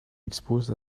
expose